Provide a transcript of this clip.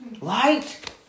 light